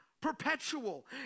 perpetual